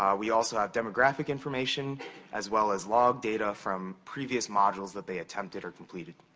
um we also have demographic information as well as log data from previous modules that they attempted or completed.